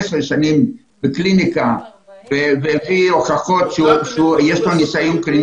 עשר שנים בקליניקה והביא הוכחות שיש לו ניסיון קליני,